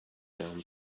down